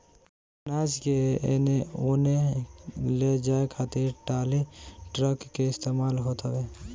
अनाज के एने ओने ले जाए खातिर टाली, ट्रक के इस्तेमाल होत हवे